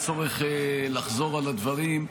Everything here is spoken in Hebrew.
ואין צורך לחזור על הדברים.